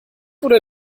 oder